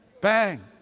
bang